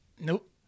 Nope